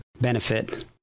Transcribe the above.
benefit